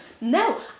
No